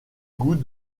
goût